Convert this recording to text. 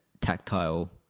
tactile